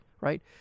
right